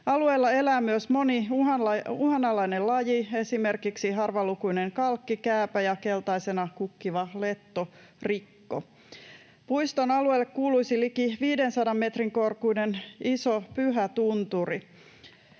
Alueella elää myös moni uhanalainen laji, esimerkiksi harvalukuinen kalkkikääpä ja keltaisena kukkiva lettorikko. Puiston alueelle kuuluisi liki 500 metrin korkuinen Iso Pyhätunturi.